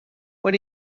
what